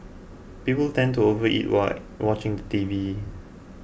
people tend to overeat while watching the T V